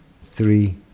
three